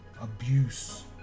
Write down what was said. abuse